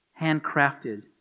handcrafted